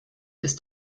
ist